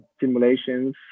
simulations